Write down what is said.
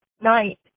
night